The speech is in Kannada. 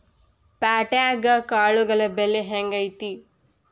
ಪ್ಯಾಟ್ಯಾಗ್ ಕಾಳುಗಳ ಬೆಲೆ ಹೆಂಗ್ ಐತಿ?